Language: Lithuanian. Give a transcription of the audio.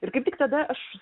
ir kaip tik tada aš